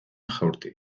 jaurti